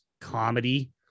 comedy